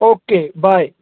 okay bye